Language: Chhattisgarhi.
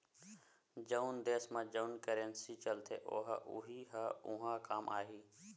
जउन देस म जउन करेंसी चलथे ओ ह उहीं ह उहाँ काम आही